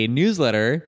newsletter